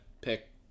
pick